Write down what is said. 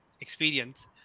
experience